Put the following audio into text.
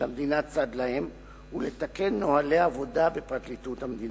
שהמדינה צד להם ולתקן נוהלי עבודה בפרקליטות המדינה.